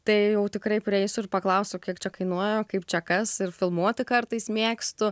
tai jau tikrai prieisiu ir paklausiu kiek čia kainuoja kaip čia kas ir filmuoti kartais mėgstu